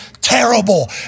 terrible